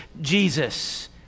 Jesus